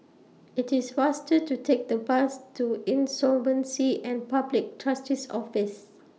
IT IS faster to Take The Bus to Insolvency and Public Trustee's Office